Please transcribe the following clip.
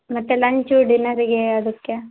ಮತ್ತೆ ಲಂಚು ಡಿನ್ನರಿಗೆ ಅದಕ್ಕೆ